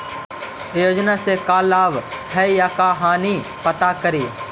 योजना से का लाभ है या हानि कैसे पता करी?